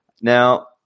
Now